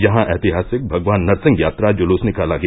यहां ऐतिहासिक भगवान नरसिंह यात्रा जुलूस निकाला गया